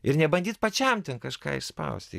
ir nebandyt pačiam ten kažką išspausti